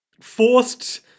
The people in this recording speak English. forced